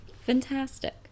Fantastic